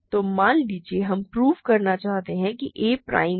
तो मान लीजिए हम प्रूव करना चाहते हैं कि a प्राइम हैं